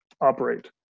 operate